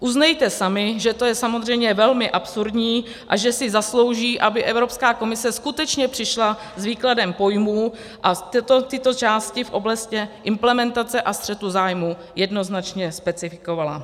Uznejte sami, že to je samozřejmě velmi absurdní a že si zaslouží, aby Evropská komise skutečně přišla s výkladem pojmů a tyto části v oblasti implementace a střetu zájmů jednoznačně specifikovala.